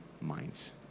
minds